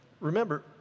remember